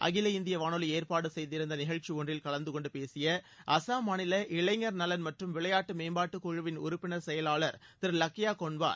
அகில இந்திய வானொலி ஏற்பாடு செய்திருந்த நிகழ்ச்சி ஒன்றில் கலந்து கொண்டு பேசிய அசாம் மாநில இளைஞர் நலன் மற்றும் விளையாட்டு மேம்பாட்டு குழுவின் உறுப்பினர் செயலாளர் திரு லக்யா கொன்வார்